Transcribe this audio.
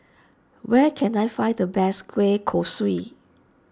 where can I find the best Kueh Kosui